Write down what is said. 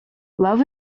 love